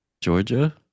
Georgia